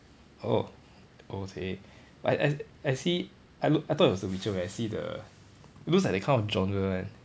oh oh !chey! I I I see I l~ I thought it was the witcher when I see the looks like that kind of genre [one]